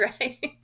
right